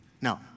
No